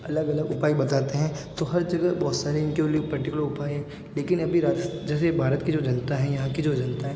अलग अलग उपाय बताते हैं तो हर जगह बहुत सारे इन के पर्टिकुलर उपाय हैं लेकिन अभी राजस जैसे भारत की जो जनता है यहाँ की जो जनता है